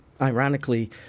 Ironically